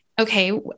okay